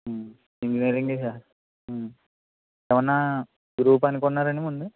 ఇప్పుడు ఇంజనీరింగ్ ఏ చేస్తారు ఏమన్నా గ్రూప్ అనుకున్నారండి ముందు